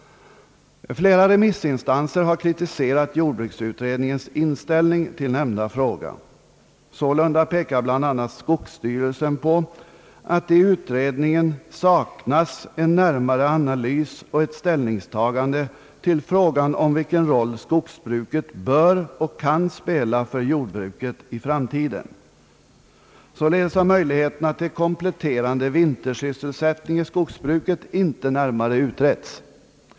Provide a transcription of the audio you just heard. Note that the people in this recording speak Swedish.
Flera remissinstanser har kritiserat jordbruksutredningens inställning till nämnda fråga. Sålunda pekar bl.a. skogsstyrelsen på att i utredningen saknas en närmare analys av och ett ställningstagande till frågan om vilken roll skogsbruket bör och kan spela för jordbruket i framtiden. Således har möjligheterna till kompletterande vintersysselsättning i skogsbruket inte närmare utretts.